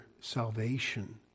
salvation